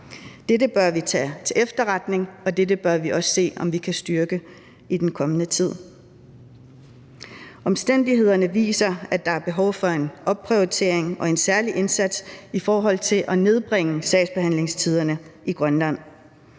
Dette bør vi tage til efterretning, og dette bør vi også se om vi kan styrke i den kommende tid. Omstændighederne viser, at der er behov for en opprioritering og en særlig indsats i forhold til at nedbringe sagsbehandlingstiderne i Grønland.